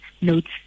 notes